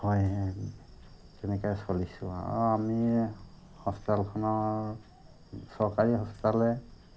হয় হয় তেনেকে চলিছোঁ আৰু আমি হস্পিতেলখনৰ চৰকাৰী হস্পিতেেলে